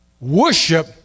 Worship